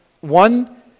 one